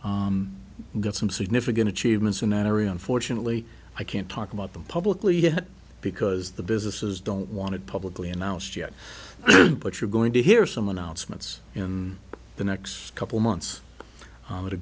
got some significant achievements in that area unfortunately i can't talk about them publicly yet because the businesses don't want it publicly announced yet but you're going to hear some announcements in the next couple months at a